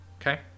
okay